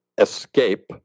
Escape